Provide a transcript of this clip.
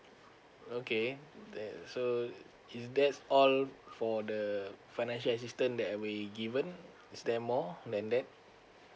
okay ther~ so uh if that's all for the financial assistant that will be given is there more than that